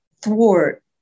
thwart